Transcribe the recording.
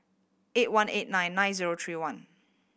six one eight nine nine zero three one